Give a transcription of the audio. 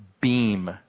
beam